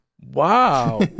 Wow